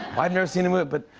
i've never seen a but,